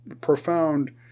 profound